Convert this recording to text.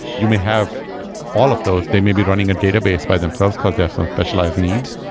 you may have all of those. they may be running a database by themselves, because there are so specialized needs.